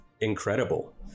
incredible